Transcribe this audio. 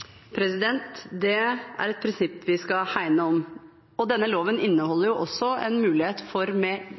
Det er et prinsipp vi skal hegne om, og denne loven inneholder jo også en mulighet for